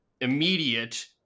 immediate